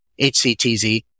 HCTZ